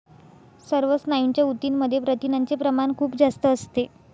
सर्व स्नायूंच्या ऊतींमध्ये प्रथिनांचे प्रमाण खूप जास्त असते